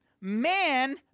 man